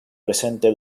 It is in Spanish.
presente